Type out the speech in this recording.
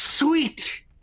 Sweet